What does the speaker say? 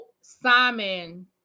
Simon